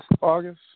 August